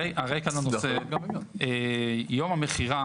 הרקע לנושא, יום המכירה